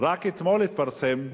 רק אתמול התפרסם,